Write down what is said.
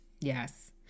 yes